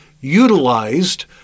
utilized